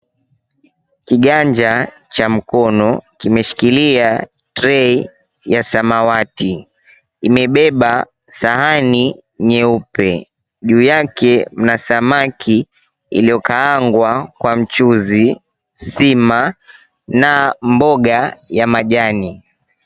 Kiganja cha mkono kimeshikilia trey ya samawati. Imebeba sahani nyeupe, juu yake mna samaki iliyokaangwa kwa mchuzi, sima na mboga ya majani.